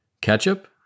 Ketchup